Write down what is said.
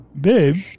babe